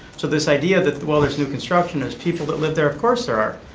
so this idea that well, there's new construction, there's people that live there, of course there are.